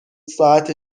ساعت